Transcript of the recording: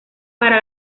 para